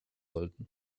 sollten